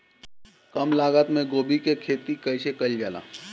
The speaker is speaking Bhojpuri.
कम लागत मे गोभी की खेती कइसे कइल जाला?